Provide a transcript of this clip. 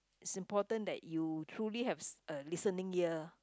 is important that you truly have s~ a listening ear